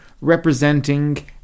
representing